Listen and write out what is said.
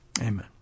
Amen